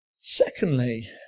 Secondly